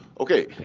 ok,